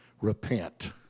Repent